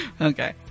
okay